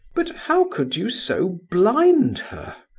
but how could you so blind her?